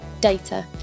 data